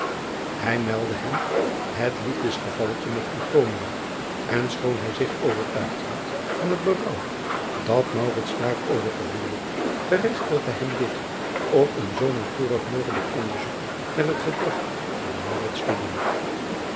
ij meldde hem het liefdesgevalletje met en schoon hij zich overtuigd hield van het berouw dat daarover gevoelde geregtigde hem dit om een zoo nauwkeurig mogelijk onderzoek naar het gedag van te doen